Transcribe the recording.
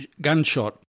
gunshot